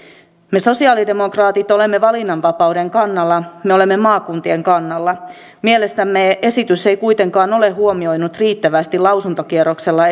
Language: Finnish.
me sosiaalidemokraatit olemme valinnanvapauden kannalla me olemme maakuntien kannalla mielestämme esitys ei kuitenkaan ole huomioinut riittävästi lausuntokierroksella